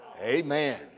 Amen